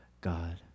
God